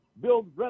build